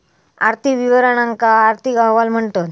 आर्थिक विवरणांका आर्थिक अहवाल म्हणतत